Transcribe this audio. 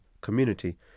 community